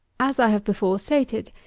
as i have before stated,